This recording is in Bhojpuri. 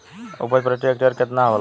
उपज प्रति हेक्टेयर केतना होला?